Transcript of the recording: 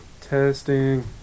testing